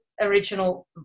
original